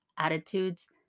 attitudes